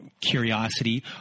curiosity